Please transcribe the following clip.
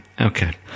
Okay